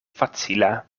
facila